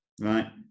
right